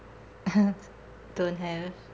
don't have